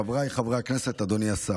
חבריי חברי הכנסת, אדוני השר,